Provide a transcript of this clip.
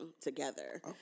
together